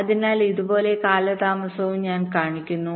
അതിനാൽ ഇതുപോലുള്ള കാലതാമസവും ഞാൻ കാണിക്കുന്നു